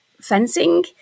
fencing